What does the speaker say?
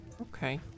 Okay